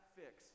fix